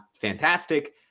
fantastic